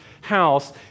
house